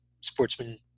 sportsman